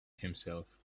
himself